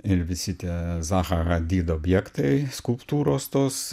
ir visi tie zahara dyd objektai skulptūros tos